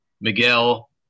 Miguel